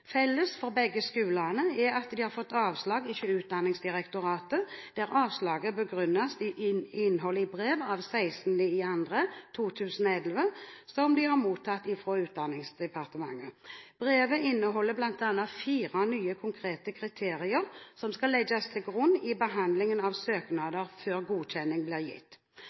har fått avslag hos Utdanningsdirektoratet, og avslaget begrunnes i brev av 16. februar 2011 som de har mottatt fra Utdanningsdepartementet. Brevet inneholder bl.a. fire nye konkrete kriterier som skal legges til grunn i behandlingen av søknader før godkjenning blir gitt.